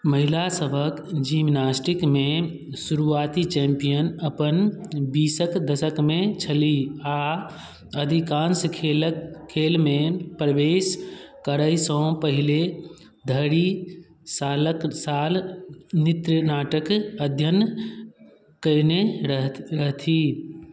महिलासबके जिम्नास्टिकमे शुरुआती चैम्पियन अपन बीसके दशकमे छलीह आओर अधिकाँश खेलके खेलमे प्रवेश करैसँ पहिने धरि सालके साल नृत्यनाटक अध्ययन कएने रहथ रहथि